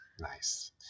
Nice